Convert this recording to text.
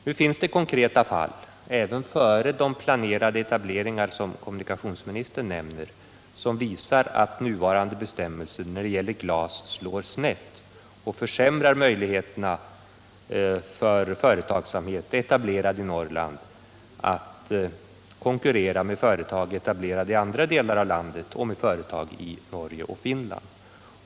Nu finns det konkreta fall även före de planerade etableringar som kommunikationsministern nämner, som visar att nuvarande bestämmelser om glas slår snett och försämrar möjligheterna för den företagsamhet som är etablerad i Norrland att konkurrera med företag etablerade i andra delar av landet och med företag i Norge och Finland.